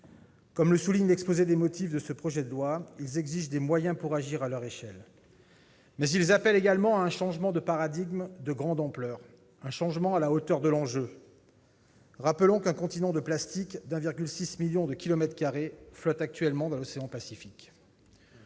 Comme le souligne l'exposé des motifs de ce projet de loi, ils exigent des moyens pour agir à leur échelle. Mais ils appellent également à un changement de paradigme de grande ampleur, un changement à la hauteur de l'enjeu. Rappelons qu'un continent de plastique de 1,6 million de kilomètres carrés flotte actuellement dans l'océan Pacifique.